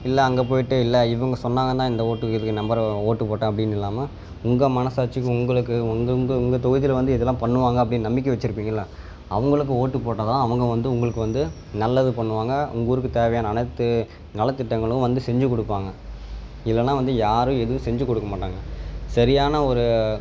இல்லை அங்கேப் போயிட்டு இல்லை இவங்க சொன்னாங்கன்னு தான் இந்த ஓட்டு இதுக்கு நம்பரை ஓட்டுப் போட்டேன் அப்படின்னு இல்லாமல் உங்கள் மனசாட்சிக்கு உங்களுக்கு உங்கள் உங்கள் உங்கள் தொகுதியில் வந்து இதெல்லாம் பண்ணுவாங்கள் அப்படின்னு நம்பிக்கை வெச்சிருப்பீங்கள அவங்களுக்கு ஓட்டுப் போட்டால் தான் அவங்க வந்து உங்களுக்கு வந்து நல்லது பண்ணுவாங்கள் உங்க ஊருக்கு தேவையான அனைத்து நலத்திட்டங்களும் வந்து செஞ்சுக் கொடுப்பாங்க இல்லைன்னா வந்து யாரும் எதுவும் செஞ்சிக் கொடுக்க மாட்டாங்கள் சரியான ஒரு